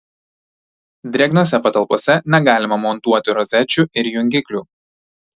drėgnose patalpose negalima montuoti rozečių ir jungiklių